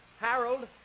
Harold